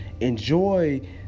enjoy